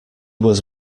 was